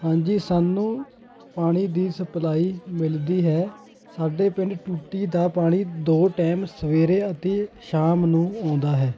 ਹਾਂਜੀ ਸਾਨੂੰ ਪਾਣੀ ਦੀ ਸਪਲਾਈ ਮਿਲਦੀ ਹੈ ਸਾਡੇ ਪਿੰਡ ਟੂਟੀ ਦਾ ਪਾਣੀ ਦੋ ਟੈਮ ਸਵੇਰੇ ਅਤੇ ਸ਼ਾਮ ਨੂੰ ਅਉਂਦਾ ਹੈ